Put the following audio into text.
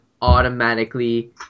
automatically